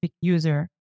user